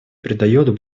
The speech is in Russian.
придает